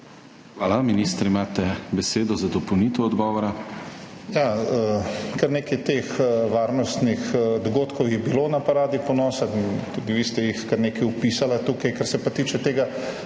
Hvala. Ministrica, imate besedo za dopolnitev odgovora.